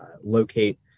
locate